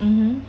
mmhmm